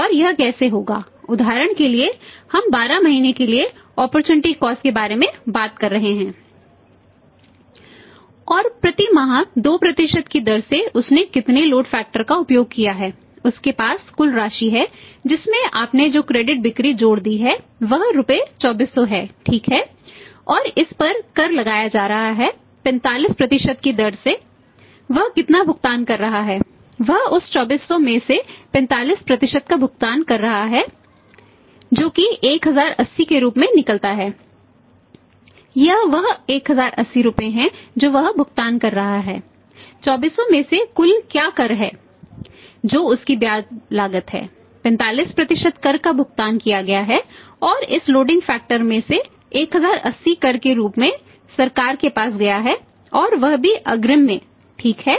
और प्रति माह 2 की दर से उसने कितने लोड फैक्टर में से 1080 कर के रूप में सरकार के पास गया है और वह भी अग्रिम में ठीक है